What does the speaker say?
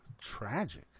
Tragic